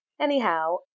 Anyhow